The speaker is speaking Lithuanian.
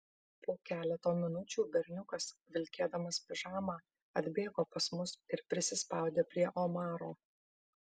po keleto minučių berniukas vilkėdamas pižamą atbėgo pas mus ir prisispaudė prie omaro